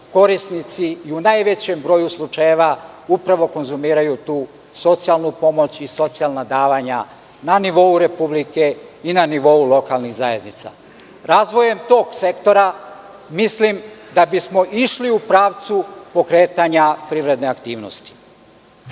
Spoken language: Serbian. korisnici i u najvećem broju slučajeva upravo konzumiraju tu socijalnu pomoć i socijalna davanja na nivou Republike i na nivou lokalnih zajednica. Razvojem tog sektora mislim da bismo išli u pravcu pokretanja privredne aktivnosti. Ima